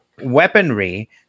weaponry